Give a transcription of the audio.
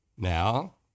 Now